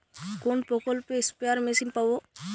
কোন প্রকল্পে spare machine পাব?